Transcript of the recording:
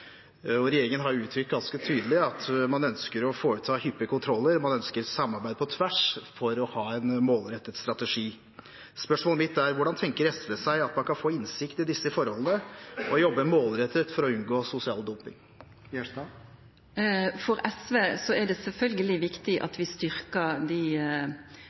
Regjeringen har uttrykt ganske tydelig at man ønsker å foreta hyppige kontroller, og man ønsker et samarbeid på tvers for å ha en målrettet strategi. Spørsmålet mitt er: Hvordan tenker SV at man kan få innsikt i disse forholdene og jobbe målrettet for å unngå sosial dumping? For SV er det sjølvsagt viktig